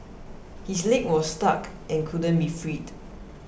his leg was stuck and couldn't be freed